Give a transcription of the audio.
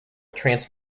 trance